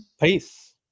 Peace